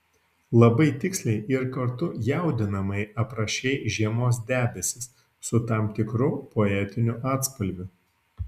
labai tiksliai ir kartu jaudinamai aprašei žiemos debesis su tam tikru poetiniu atspalviu